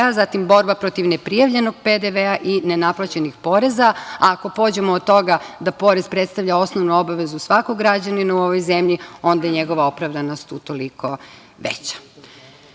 zatim borba protiv neprijavljenog PDV-a i nenaplaćenih poreza. Ako pođemo od toga da porez predstavlja osnovnu obavezu svakom građaninu u ovoj zemlji, onda je njegova opravdanost utoliko veća. Što